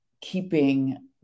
keeping